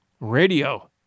Radio